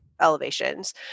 elevations